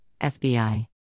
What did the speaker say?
FBI